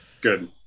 Good